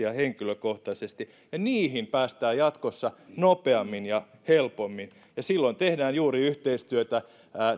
ja henkilökohtaisesti niihin päästään jatkossa nopeammin ja helpommin ja silloin tehdään juuri yhteistyötä